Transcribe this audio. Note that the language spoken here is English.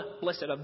blessed